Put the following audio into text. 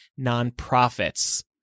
nonprofits